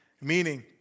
meaning